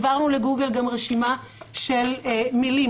העברנו ל-גוגל גם רשימה של מלים,